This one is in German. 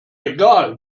egal